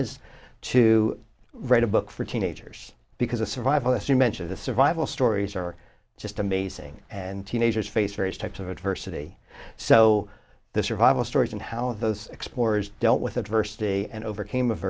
is to write a book for teenagers because a survivalist you mentioned the survival stories are just amazing and teenagers face various types of adversity so the survival stories and how those explores dealt with adversity and overcame